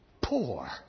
poor